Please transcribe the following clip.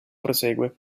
prosegue